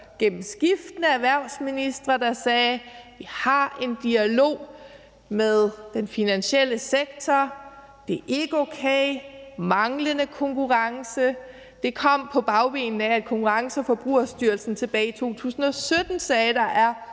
gennem skiftende erhvervsministre, der sagde, at vi har en dialog med den finansielle sektor, at det ikke er okay, at der er manglende konkurrence. Det kom på bagkant af, at Konkurrence- og Forbrugerstyrelsen tilbage i 2017 sagde, at der er